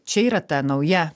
čia yra ta nauja